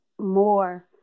more